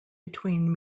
between